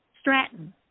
Stratton